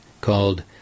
called